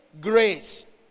Grace